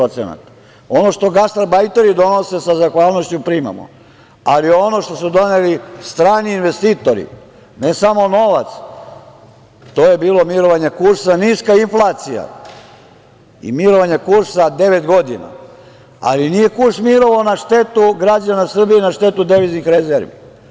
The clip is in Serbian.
Ono što gastarbajteri donose sa zahvalnošću primamo, ali ono što su doneli strani investitori, ne samo novac, to je bilo mirovanje kursa i niska inflacija, i mirovanje kursa 9 godina, ali nije kurs mirovao na štetu građana Srbije i na štetu deviznih rezervi.